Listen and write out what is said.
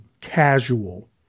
casual